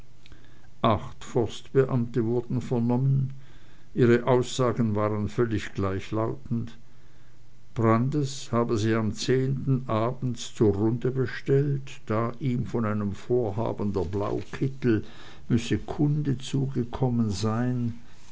acht forstbeamte wurden vernommen ihre aussagen waren völlig gleichlautend brandis habe sie am zehnten abends zur runde bestellt da ihm von einem vorhaben der blaukittel müsse kunde zugekommen sein